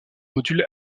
module